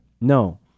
No